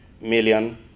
million